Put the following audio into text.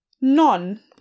none